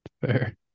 Fair